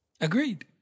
Agreed